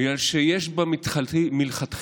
בגלל שיש בה מלכתחילה